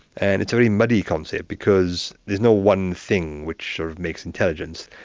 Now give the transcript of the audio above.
and it's a very muddy concept because there's no one thing which sort of makes intelligence.